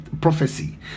prophecy